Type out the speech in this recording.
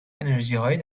انرژیهای